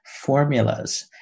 formulas